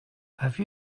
have